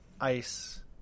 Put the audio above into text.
ice –